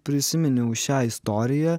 prisiminiau šią istoriją